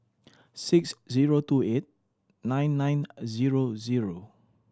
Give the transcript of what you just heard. six zero two eight nine nine zero zero